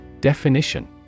Definition